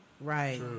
right